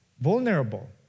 vulnerable